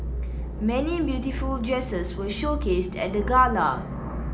many beautiful dresses were showcased at the gala